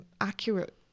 accurate